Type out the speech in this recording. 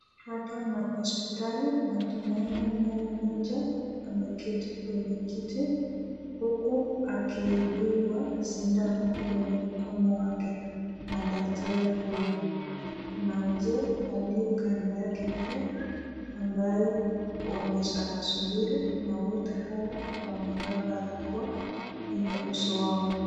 Hapa ni hospitali na tunaona mama mmoja ameketi kwenye kiti huku akidungwa kwenye sindano kwenye mkono wake na daktari huyu. Kuna mzee aliye kando yake ambaye anasubiri na wote hao wamevaa barakoa kwenye uso wao.